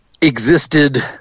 existed